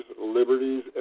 liberties